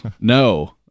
No